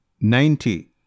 ninety